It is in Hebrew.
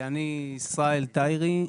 אני ישראל תאירי,